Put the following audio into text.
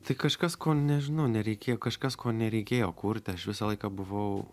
tai kažkas ko nežinau nereikėjo kažkas ko nereikėjo kurt aš visą laiką buvau